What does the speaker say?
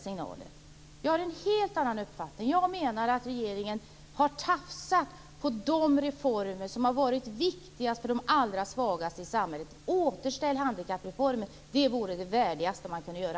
Jag har en helt annan uppfattning. Jag anser att regeringen har tafsat på de reformer som har varit viktigast för de allra svagaste i samhället. Återställ handikappreformen! Det vore det värdigaste som man kunde göra.